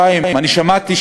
אני שמעתי,